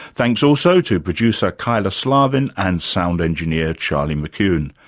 thanks also to producer kyla slaven and sound engineer charlie mckune.